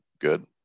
good